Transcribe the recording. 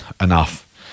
enough